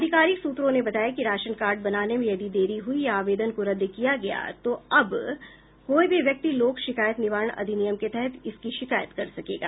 अधिकारिक सूत्रों ने बताया कि राशन कार्ड बनाने में यदि देरी हुई या आवेदन को रद्द किया गया तो अब कोई भी व्यक्ति लोक शिकायत निवारण अधिनियम के तहत इसकी शिकायत कर सकेगा